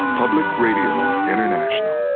public radio international.